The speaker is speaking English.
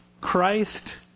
Christ